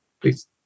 Please